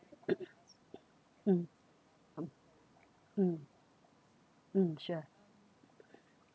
mm mm mm sure